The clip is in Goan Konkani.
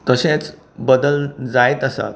तशेंच बदल जायत आसात